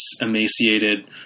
emaciated